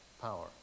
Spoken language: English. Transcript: power